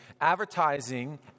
advertising